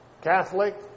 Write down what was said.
Catholic